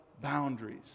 boundaries